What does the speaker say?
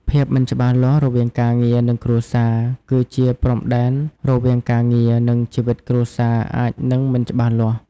ភាពមិនច្បាស់លាស់រវាងការងារ និងគ្រួសារ គឺជាព្រំដែនរវាងការងារ និងជីវិតគ្រួសារអាចនឹងមិនច្បាស់លាស់។